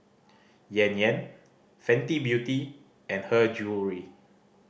Yan Yan Fenty Beauty and Her Jewellery